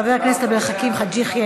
חבר הכנסת עבד אל חכים חאג' יחיא,